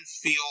feel